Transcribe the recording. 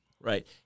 Right